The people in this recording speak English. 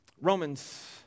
Romans